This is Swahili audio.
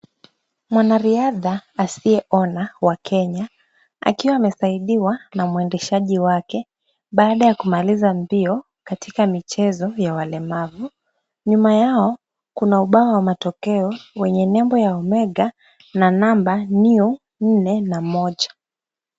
Mwanariadha asiyeona wa Kenya, akiwa amesaidiwa na mwendeshaji wake, baada ya kumaliza mbio katika michezo ya walemavu. Nyuma yao kuna ubao wa matokeo kwenye nembo ya omega na number new nne na moja.